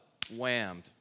whammed